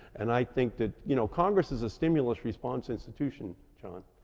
and i think that, you know, congress is a stimulus response institution, jon.